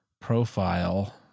profile